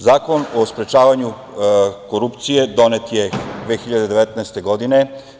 Zakon o sprečavanju korupcije donet je 2019. godine.